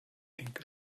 linke